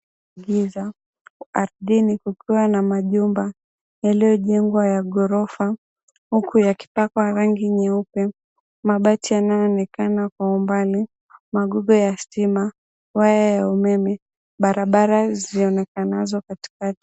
Giza, ardhini kukiwa na majumba yaliyojengwa ya ghorofa huku yakipakwa rangi nyeupe. Mabati yanayoonekana kwa umbali, maghube ya stima, waya ya umeme, barabara zilizotandazwa katikati.